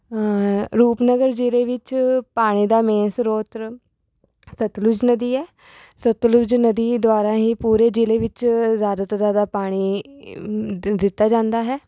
ਰੂਪਨਗਰ ਜ਼ਿਲ੍ਹੇ ਵਿੱਚ ਪਾਣੀ ਦਾ ਮੇਨ ਸਰੋਤ ਸਤਲੁਜ ਨਦੀ ਹੈ ਸਤਲੁਜ ਨਦੀ ਦੁਆਰਾ ਹੀ ਪੂਰੇ ਜ਼ਿਲ੍ਹੇ ਵਿੱਚ ਜ਼ਿਆਦਾ ਤੋਂ ਜ਼ਿਆਦਾ ਪਾਣੀ ਦਿੱਤਾ ਜਾਂਦਾ ਹੈ